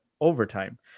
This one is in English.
overtime